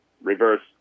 reverse